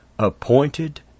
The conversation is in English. appointed